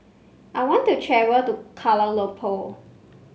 I want to travel to Kuala Lumpur